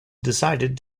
decided